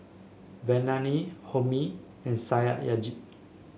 Vandana Homi and Satyajit